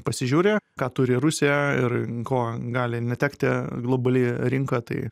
pasižiūri ką turi rusija ir ko gali netekti globali rinka tai